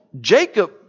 Jacob